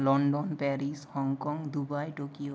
London Paris Hong Kong Dubai Tokyo